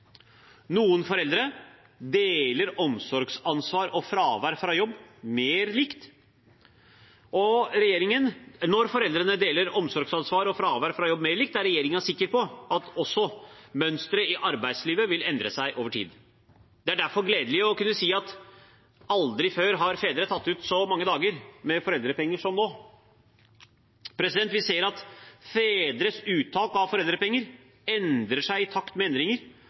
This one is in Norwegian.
deler omsorgsansvar og fravær fra jobb mer likt, er regjeringen sikker på at også mønsteret i arbeidslivet vil endre seg over tid. Det er derfor gledelig å kunne si at aldri før har fedre tatt ut så mange dager med foreldrepenger som nå. Vi ser at fedres uttak av foreldrepenger endrer seg i takt med endringer